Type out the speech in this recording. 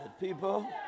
People